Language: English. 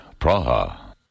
Praha